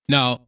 Now